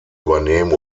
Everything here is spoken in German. übernehmen